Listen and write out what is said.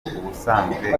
ubusanzwe